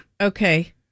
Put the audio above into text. Okay